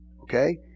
Okay